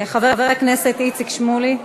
חבר הכנסת איציק שמולי,